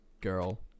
girl